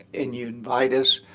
and you invite us,